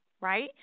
right